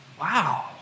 wow